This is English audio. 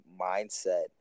mindset